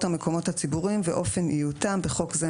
המקומות הציבוריים ואופן איותם (בחוק זה,